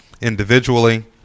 individually